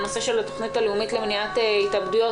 הנושא של התוכנית הלאומית למניעת התאבדויות.